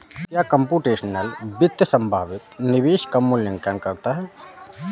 क्या कंप्यूटेशनल वित्त संभावित निवेश का मूल्यांकन करता है?